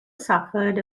suffered